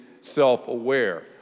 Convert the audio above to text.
self-aware